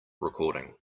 recording